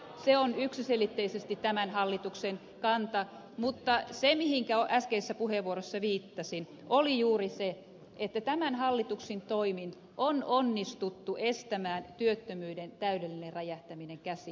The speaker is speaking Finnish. se on yksiselitteisesti tämän hallituksen kanta mutta se mihin äskeisessä puheenvuorossa viittasin oli juuri se että tämän hallituksen toimin on onnistuttu estämään työttömyyden täydellinen räjähtäminen käsiin